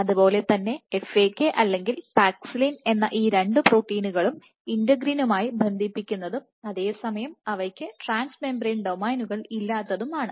അതുപോലെ തന്നെ FAK അല്ലെങ്കിൽ പാക്സിലിൻ എന്ന ഈ രണ്ട് പ്രോട്ടീനുകളും ഇന്റഗ്രിനുമായി ബന്ധിപ്പിക്കുന്നതും അതേസമയം അവയ്ക്ക് ട്രാൻസ് മെംബ്രൻ ഡൊമെയ്നുകൾ ഇല്ലാത്തതും ആണ്